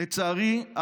לצערי,